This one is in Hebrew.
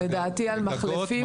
לדעתי היה על מחלפים,